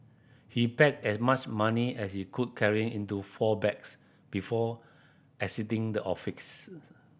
he packed as much money as he could carry into four bags before exiting the